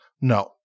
No